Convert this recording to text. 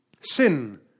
Sin